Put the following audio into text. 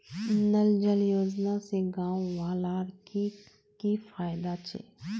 नल जल योजना से गाँव वालार की की फायदा छे?